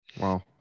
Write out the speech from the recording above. Wow